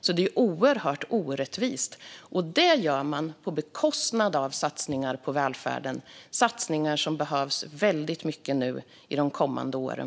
Det hela är oerhört orättvist och görs på bekostnad av satsningar på välfärden som behövs väldigt mycket de kommande åren.